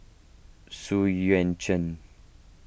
Xu Yuan Zhen